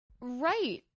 Right